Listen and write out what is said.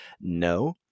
No